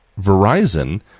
Verizon